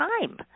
time